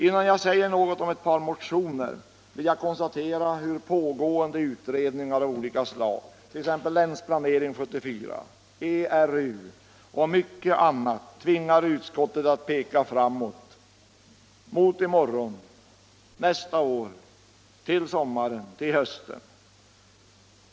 Innan jag säger något om ett par motioner vill jag konstatera hur pågående utredningar av olika slag, Länsplanering 1974, ERU och mycket annat tvingar utskottet att peka framåt mot i morgon! Nästa år! Till sommaren! Till hösten!